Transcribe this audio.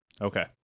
Okay